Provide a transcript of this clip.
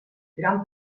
gran